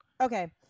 Okay